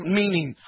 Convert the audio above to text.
meaning